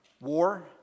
war